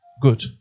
Good